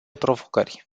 provocări